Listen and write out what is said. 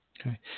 Okay